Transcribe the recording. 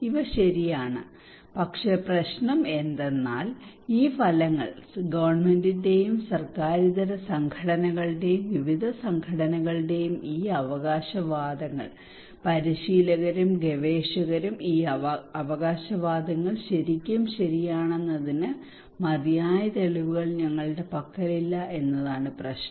ഇവ ശരിയാണ് പക്ഷേ പ്രശ്നം എന്തെന്നാൽ ഈ ഫലങ്ങൾ ഗവൺമെന്റിന്റെയും സർക്കാരിതര സംഘടനകളുടെയും വിവിധ സംഘടനകളുടെയും ഈ അവകാശവാദങ്ങൾ പരിശീലകരും ഗവേഷകരും ഈ അവകാശവാദങ്ങൾ ശരിക്കും ശരിയാണെന്നതിന് മതിയായ തെളിവുകൾ ഞങ്ങളുടെ പക്കലില്ല എന്നതാണ് പ്രശ്നം